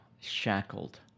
shackled